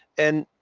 and